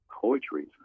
poetry